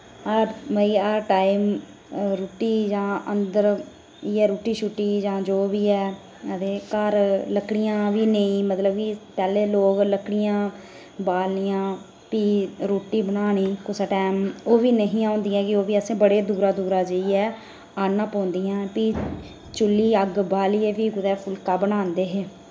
हर मतलब हर टाइम ओह् रुट्टी जां अंदर इयै रुट्टी शुट्टी जां जो बी ऐ ते घर लकड़ियां बी नेईं मतलब कि पैह्ले लोक लकड़ियां बालनियां फ्ही रोटी बनानी कुसै टैम ओह् बी नेहियां होंदियां कि ओह् बी असें दूरा दूरा जाइयै आह्नना पौंदियां फ्ही चु'ल्ली अग्ग बाल्लियै फ्ही कुतै फुल्का बनांदे हे